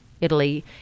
Italy